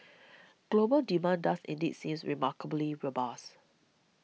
global demand does indeed seems remarkably robust